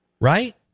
right